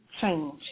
Change